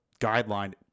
guideline